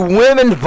women